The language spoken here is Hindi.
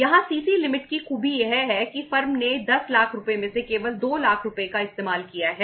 यहां सीसी लिमिट की खूबी यह है कि फर्म ने 10 लाख रुपये में से केवल 2 लाख रुपये का इस्तेमाल किया है